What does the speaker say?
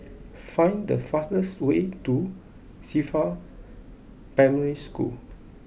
find the fastest way to Qifa Primary School